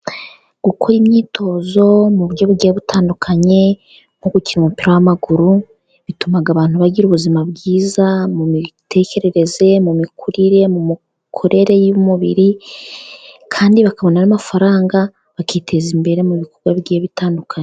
Gukora imyitozo mu buryo bugiye butandukanye nko gukina umupira w'amaguru, bituma abantu bagira ubuzima bwiza, mu mitekerereze, mu mikurire, mu mikorere y'umubiri, kandi bakabona n'amafaranga bakiteza imbere mu bikorwa bigiye bitandukanye.